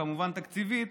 וכמובן תקציבית,